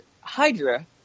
Hydra